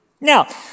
Now